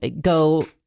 go